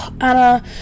Anna